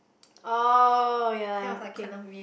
oh ya okay